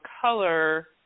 color